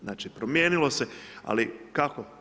Znači promijenilo se, ali kako?